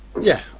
yeah,